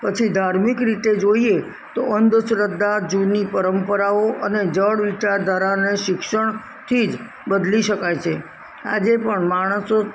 પછી ધાર્મિક રીતે જોઈએ તો અંધશ્રદ્ધા જૂની પરંપરાઓ અને જડ વિચારધારાને શિક્ષણથી જ બદલી શકાય છે આજે પણ માણસો